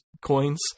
coins